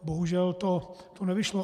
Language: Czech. Bohužel to nevyšlo.